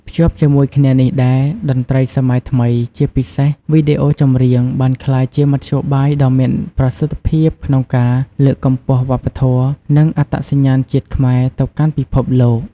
ភ្ជាប់ជាមួយគ្នានេះដែរ តន្ត្រីសម័យថ្មី ជាពិសេសវីដេអូចម្រៀង បានក្លាយជាមធ្យោបាយដ៏មានប្រសិទ្ធភាពក្នុងការលើកកម្ពស់វប្បធម៌ និងអត្តសញ្ញាណជាតិខ្មែរទៅកាន់ពិភពលោក។